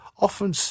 often